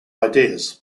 ideas